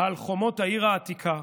על חומות העיר העתיקה,